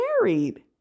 married